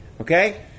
Okay